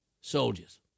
soldiers